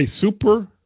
super